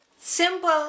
Simple